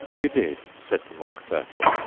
you did said the mock turtle.